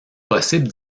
possible